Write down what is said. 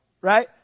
right